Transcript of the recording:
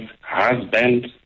husband